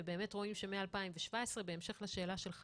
ובאמת רואים שמ-2017 ובהמשך לשאלה שלך